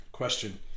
question